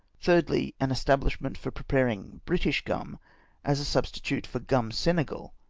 thirdly, an establishment for preparing british gum as a substi tute for gum senegal,